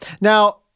Now